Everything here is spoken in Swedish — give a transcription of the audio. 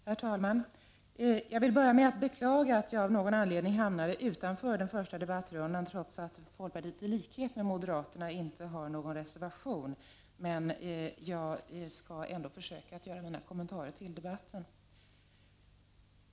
Herr talman! Jag vill börja med att beklaga att jag av någon anledning hamnade utanför den första debattrundan, trots att folkpartiet i likhet med moderaterna inte har någon reservation. Men jag skall ändå försöka göra mina kommentarer till debatten.